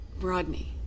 Rodney